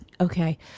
Okay